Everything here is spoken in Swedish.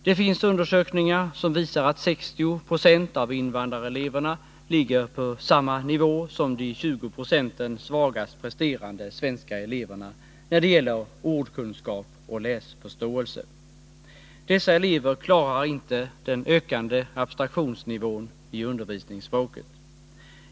Det finns undersökningar som visar att 60 26 av invandrareleverna ligger på samma nivå som de 20 procenten svagast presterande svenska eleverna när det gäller ordkunskap och läsförståelse. Dessa elever klarar inte den stigande abstraktionsnivån i undervisningsspråket.